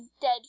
dead